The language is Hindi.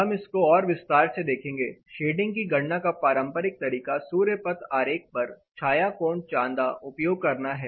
हम इसको और विस्तार से देखेंगे शेडिंग की गणना का पारंपरिक तरीका सूर्य पथ आरेख पर छाया कोण चांदा उपयोग करना है